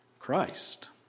Christ